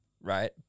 right